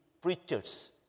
preachers